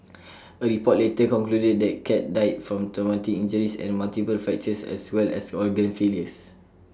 A report later concluded the cat died from traumatic injuries and multiple fractures as well as organ failures